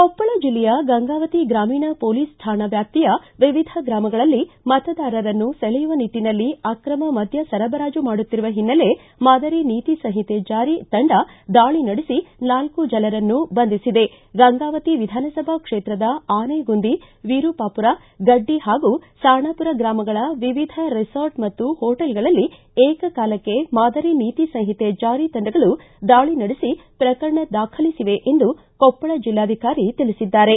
ಕೊಪ್ಪಳ ಜಿಲ್ಲೆಯ ಗಂಗಾವತಿ ಗ್ರಾಮೀಣ ಪೊಲೀಸ್ ಕಾಣಾ ವ್ವಾಪ್ತಿಯ ವಿವಿಧ ಗ್ರಾಮಗಳಲ್ಲಿ ಮತದಾರರನ್ನು ಸೆಳೆಯುವ ನಿಟ್ಟಿನಲ್ಲಿ ಆಕ್ರಮ ಮದ್ದ ಸರಬರಾಜು ಮಾಡುತ್ತಿರುವ ಹಿನ್ನೆಲೆ ಮಾದರಿ ನೀತಿ ಸಂಪಿತೆ ಜಾರಿ ತಂಡ ದಾಳಿ ನಡೆಸಿ ನಾಲ್ಕು ಜನರನ್ನು ಬಂಧಿಸಿದೆ ಗಂಗಾವತಿ ವಿಧಾನಸಭಾ ಕ್ಷೇತ್ರದ ಆನೆಗುಂದಿ ವಿರುಪಾಪುರ ಗಡ್ಡಿ ಹಾಗೂ ಸಾಣಾಪುರ ಗ್ರಾಮಗಳ ವಿವಿಧ ರೆಸಾರ್ಟ ಮತ್ತು ಹೊಟೆಲ್ಗಳಲ್ಲಿ ಏಕಕಾಲಕ್ಕೆ ಮಾದರಿ ನೀತಿ ಸಂಹಿತೆ ಜಾರಿ ತಂಡಗಳು ದಾಳಿ ನಡೆಸಿ ಪ್ರಕರಣ ದಾಖಲಿಸಿವೆ ಎಂದು ಕೊಪ್ಷಳ ಜಿಲ್ಲಾಧಿಕಾರಿ ತಿಳಿಸಿದ್ದಾರೆ